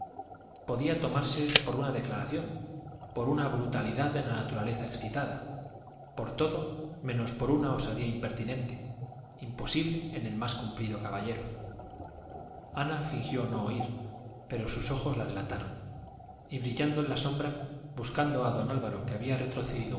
podía tomarse por una declaración por una brutalidad de la naturaleza excitada por todo menos por una osadía impertinente imposible en el más cumplido caballero ana fingió no oír pero sus ojos la delataron y brillando en la sombra buscando a don álvaro que había retrocedido